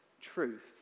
truth